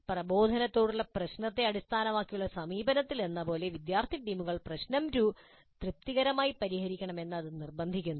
പ്രബോധനത്തോടുള്ള പ്രശ്നത്തെ അടിസ്ഥാനമാക്കിയുള്ള സമീപനത്തിലെന്നപോലെ വിദ്യാർത്ഥി ടീമുകൾ പ്രശ്നം തൃപ്തികരമായി പരിഹരിക്കണമെന്ന് അത് നിർബന്ധിക്കുന്നു